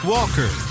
Walker